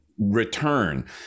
Return